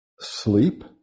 Sleep